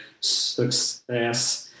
success